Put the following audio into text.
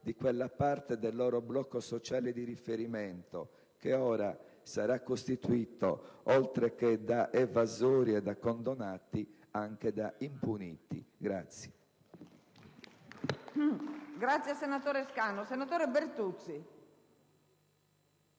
di quella parte del loro blocco sociale di riferimento che ora sarà costituita, oltre che da evasori e da condonati, anche da impuniti.